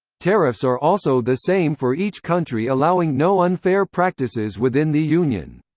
tariffs are also the same for each country allowing no unfair practices within the union.